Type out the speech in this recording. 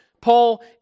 Paul